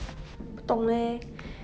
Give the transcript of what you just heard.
不懂 leh